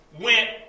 went